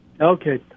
Okay